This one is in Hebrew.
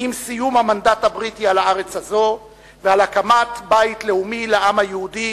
עם סיום המנדט הבריטי על הארץ הזו ועל הקמת בית לאומי לעם היהודי